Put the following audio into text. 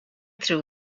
through